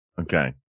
Okay